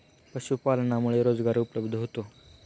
पशुपालनामुळे रोजगार उपलब्ध होतो